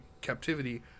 captivity